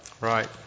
Right